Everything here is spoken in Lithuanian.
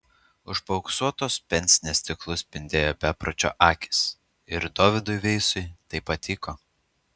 už paauksuotos pensnė stiklų spindėjo bepročio akys ir dovydui veisui tai patiko